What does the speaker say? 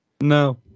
No